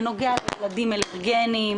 זה נוגע לילדים עם אלרגיות,